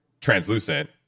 translucent